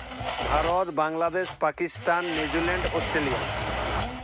Bharat Bangladesh Pakistan New Zealand Australia